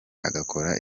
agakora